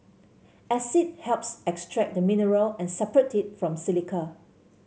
acid helps extract the mineral and separate it from silica